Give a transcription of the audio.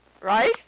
Right